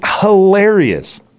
hilarious